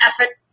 effort